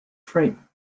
frame